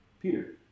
Peter